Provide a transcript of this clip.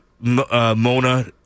Mona